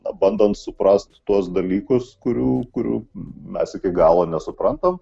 na bandom suprast tuos dalykus kurių kurių mes iki galo nesuprantam